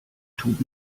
tut